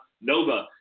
Nova